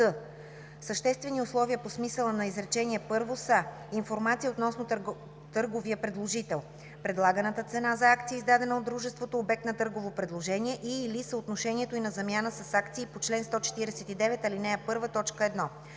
Съществени условия по смисъла на изречение първо са: информация относно търговия предложител; предлаганата цена за акция, издадена от дружеството – обект на търгово предложение, и/или съотношението й на замяна с акции по чл. 149, ал. 1,